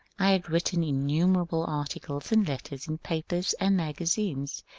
i had written innumerable articles and letters in papers and magazines,